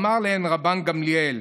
אמר להם רבן גמליאל: